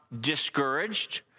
discouraged